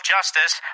Justice